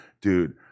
dude